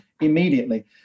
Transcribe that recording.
immediately